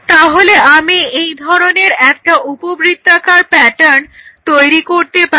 তাহলে আমি এই ধরনের একটা উপবৃত্তাকার প্যাটার্ন তৈরি করতে পারি